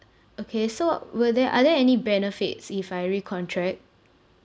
okay so will there are there any benefits if I recontract